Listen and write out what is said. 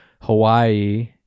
Hawaii